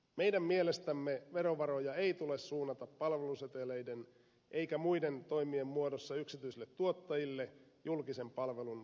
meidän mielestämme verovaroja ei tule suunnata palvelusetelien eikä muiden toimien muodossa yksityisille tuottajille julkisen palvelun tuottajien kustannuksella